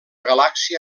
galàxia